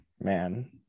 man